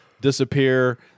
disappear